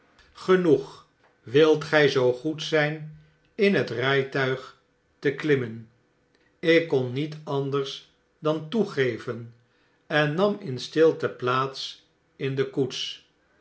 genoeg wilt gjj zoo goed zjjn in het rgtuig te klimmen jk kon niet anders dan toegeven en nam in stilte plaats in de koets